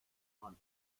man